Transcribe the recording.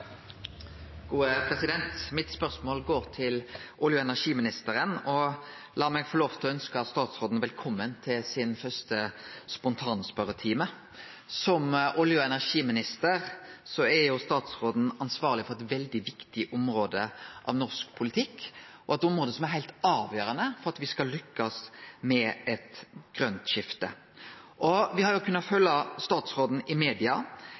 mitt går til olje- og energiministeren, og la meg få lov til å ønskje statsråden velkommen til sin første spontanspørjetime. Som olje- og energiminister er statsråden ansvarleg for eit veldig viktig område av norsk politikk, eit område som er heilt avgjerande for at me skal lykkast med eit grønt skifte. Vi har i media kunna følgje statsråden gjennom hans første månader i